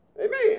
Amen